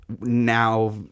now